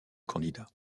candidat